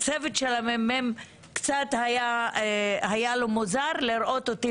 הצוות של המ.מ.מ קצת היה לו מוזר לראות אותי